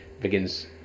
begins